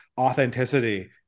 authenticity